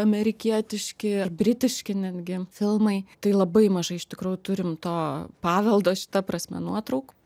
amerikietiški ar britiški netgi filmai tai labai mažai iš tikrųjų turim to paveldo šita prasme nuotraukų